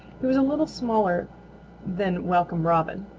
he was a little smaller than welcome robin.